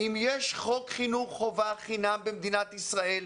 אם יש חוק חינוך חובה חינם במדינת ישראל,